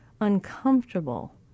uncomfortable